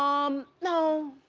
um no.